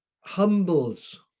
humbles